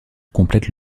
complète